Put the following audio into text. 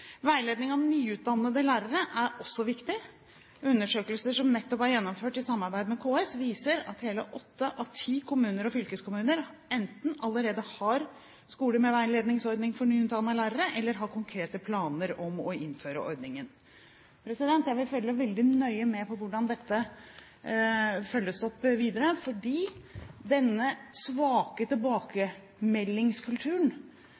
Veiledning av nyutdannede lærere er også viktig. Undersøkelser som nettopp er gjennomført i samarbeid med KS, viser at hele åtte av ti kommuner og fylkeskommuner enten allerede har skoler med veiledningsordning for nyutdannede lærere eller har konkrete planer om å innføre ordningen. Jeg vil følge veldig nøye med på hvordan dette følges opp videre, fordi denne svake